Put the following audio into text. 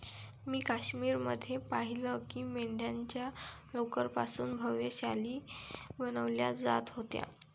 मी काश्मीर मध्ये पाहिलं की मेंढ्यांच्या लोकर पासून भव्य शाली बनवल्या जात होत्या